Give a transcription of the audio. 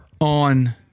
on